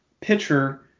pitcher